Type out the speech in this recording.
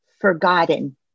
forgotten